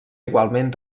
igualment